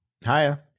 hiya